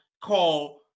called